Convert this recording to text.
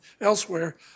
elsewhere